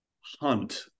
hunt